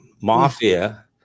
mafia